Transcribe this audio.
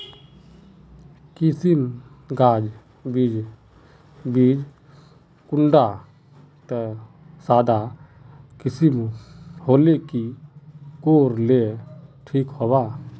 किसम गाज बीज बीज कुंडा त सादा किसम होले की कोर ले ठीक होबा?